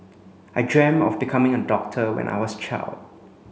I dreamt of becoming a doctor when I was a child